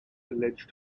alleged